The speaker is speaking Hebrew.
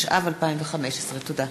התשע"ו 2015. תודה.